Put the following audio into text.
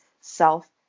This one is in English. self